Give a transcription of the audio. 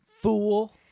Fool